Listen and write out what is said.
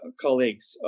colleagues